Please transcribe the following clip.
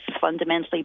fundamentally